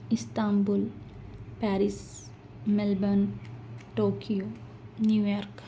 Istanbul Paris Melbourne Tokyo New York